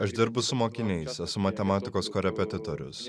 aš dirbu su mokiniais esu matematikos korepetitorius